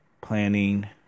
planning